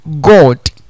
God